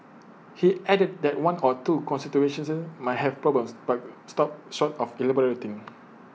he added that one or two constituencies might have problems but stopped short of elaborating